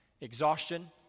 Exhaustion